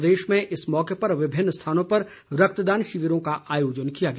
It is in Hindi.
प्रदेश में इस मौके पर विभिन्न स्थानों पर रक्तदान शिविरों का आयोजन किया गया